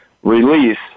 Release